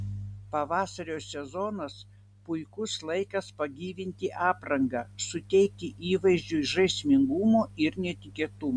pavasario sezonas puikus laikas pagyvinti aprangą suteikti įvaizdžiui žaismingumo ir netikėtumo